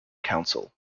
council